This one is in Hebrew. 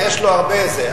יש לו הרבה זה,